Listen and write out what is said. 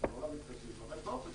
מאוד מתחשבים אבל באופן כללי,